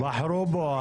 בחרו בו.